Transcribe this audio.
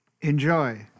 Enjoy